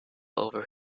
over